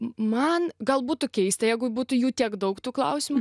man gal būtų keista jeigu būtų jų tiek daug tų klausimų